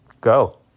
go